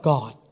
God